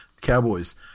Cowboys